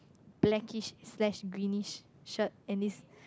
blackish slash greenish shirt and this